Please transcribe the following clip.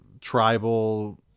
tribal